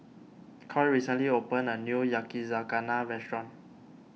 Coy recently opened a new Yakizakana restaurant